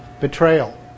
betrayal